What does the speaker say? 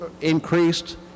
increased